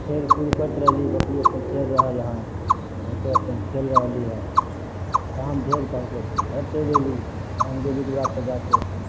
खेल कूद करैत रहली बकरी अपन चरि रहल हन हमसब अपन खेल रहली हँ शाम भेल तऽ हमसब अपन घर चलि अयली बाइन्ह देली दुरापर जाके